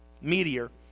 meteor